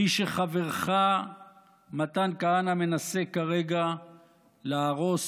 מי שחברך מתן כהנא מנסה כרגע להרוס